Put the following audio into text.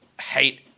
hate